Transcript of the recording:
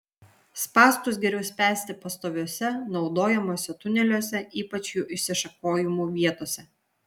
spąstus geriau spęsti pastoviuose naudojamuose tuneliuose ypač jų išsišakojimų vietose